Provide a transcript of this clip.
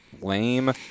Lame